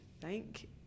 thank